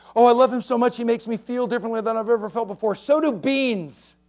ah i love him so much, he makes me feel differently than i've ever felt before. so do beans.